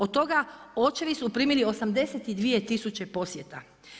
Od toga, očevi su primili 82000 posjeta.